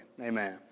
Amen